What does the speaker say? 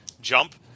jump